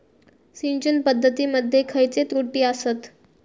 सिंचन पद्धती मध्ये खयचे त्रुटी आसत?